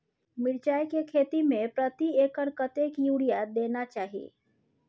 मिर्चाय के खेती में प्रति एकर कतेक यूरिया देना चाही?